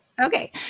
Okay